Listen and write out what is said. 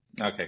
Okay